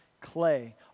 clay